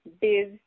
biz